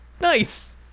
Nice